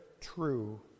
true